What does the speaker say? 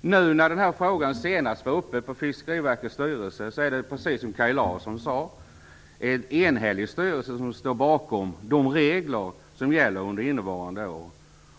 När den här frågan senast var uppe i Fiskeriverkets styrelse var det, precis som Kaj Larsson sade, en enig styrelse som ställde sig bakom de regler som gäller under innevarande år.